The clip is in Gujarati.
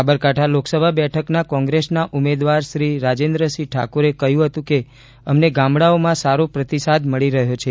સાબરકાંઠા લોકસભા બેઠકના કોંગ્રેસના ઉમેદવાર શ્રી રાજેન્દ્રસિંહ ઠાકોરે કહ્યું હતું કે અમને ગામડાઓમાં સારો પ્રતિસાદ મળી રહ્યો છે